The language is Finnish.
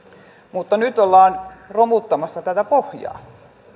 mutta nyt ollaan romuttamassa tätä pohjaa